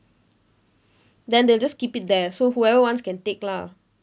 then they will just keep it there so whoever wants can take lah